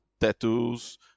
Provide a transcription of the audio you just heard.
tattoos